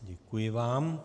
Děkuji vám.